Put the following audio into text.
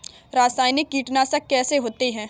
रासायनिक कीटनाशक कैसे होते हैं?